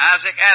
Isaac